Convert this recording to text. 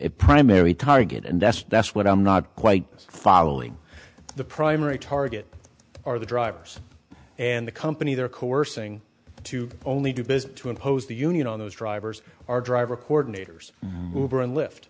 it primary target and that's that's what i'm not quite following the primary target are the drivers and the company they're coercing to only do business to impose the union on those drivers our driver coordinators hoover and lift